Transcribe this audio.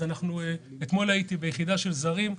אתמול הייתי ביחידה של זרים,